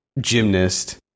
gymnast